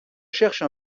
cherche